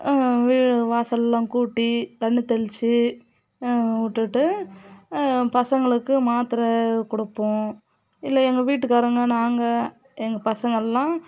வீடு வாசலெலாம் கூட்டி தண்ணி தெளித்து விட்டுட்டு பசங்களுக்கு மாத்திரை கொடுப்போம் இல்லை எங்கள் வீட்டுக்காரங்கள் நாங்கள் எங்கள் பசங்கள் எல்லாம்